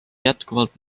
jätkuvalt